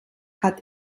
hat